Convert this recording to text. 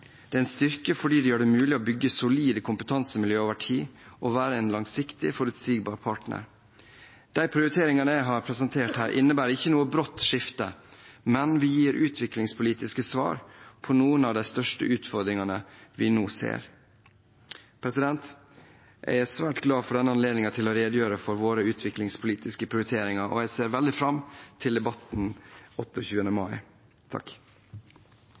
Det er en styrke fordi det gjør det mulig å bygge solide kompetansemiljøer over tid og være en langsiktig, forutsigbar partner. De prioriteringene jeg har presentert her, innebærer ikke noe brått skifte, men vi gir utviklingspolitiske svar på noen av de største utfordringene vi nå ser. Jeg er svært glad for denne anledningen til å redegjøre for våre utviklingspolitiske prioriteringer, og jeg ser veldig fram til debatten 28. mai.